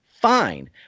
fine